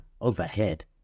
overhead